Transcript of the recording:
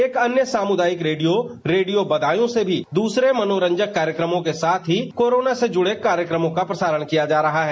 एक अन्य सामुदायिक रेडियो रेडियो बदायूं से भी दूसरे मनोरंजक कार्यक्रमों के साथ ही कोरोना से जुड़े अपने कार्यक्रमों का प्रसारण किया जा रहा है